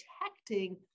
protecting